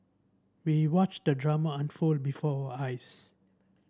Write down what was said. we watched the drama unfold before eyes